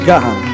God